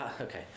Okay